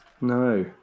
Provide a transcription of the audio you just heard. No